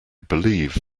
believe